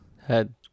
Head